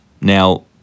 Now